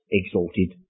exalted